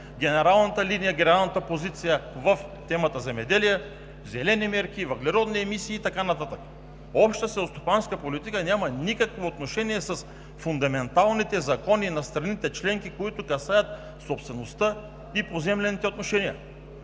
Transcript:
генералната линия, генералната позиция в темата земеделие, в зелени мерки, въглеродни емисии и така нататък. Общата селскостопанска политика няма никакво отношение с фундаменталните закони на страните членки, които касаят собствеността и поземлените отношения.